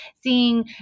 seeing